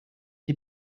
die